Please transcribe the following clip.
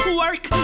work